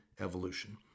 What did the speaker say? evolution